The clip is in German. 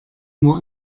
nur